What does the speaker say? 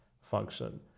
Function